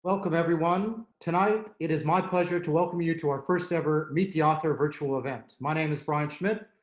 welcome, everyone. tonight it is my pleasure to welcome you to our first ever meet the author virtual event. my name is brian schmidt.